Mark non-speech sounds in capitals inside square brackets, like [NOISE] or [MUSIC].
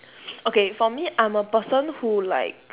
[NOISE] okay for me I'm a person who like